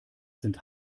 sind